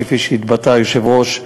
כפי שהתבטא יושב-ראש הכנסת,